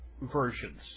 versions